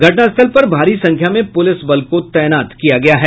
घटनास्थल पर भारी संख्या में पुलिस बल को तैनात किया गया है